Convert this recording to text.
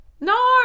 no